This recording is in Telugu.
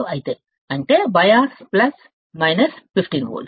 ఐతే అంటే బయాస్ ప్లస్ మైనస్ 15 వోల్ట్లు